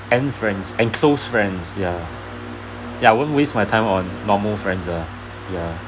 and friends and close friends ya ya I won't waste my time on normal friends uh ya